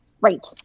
Right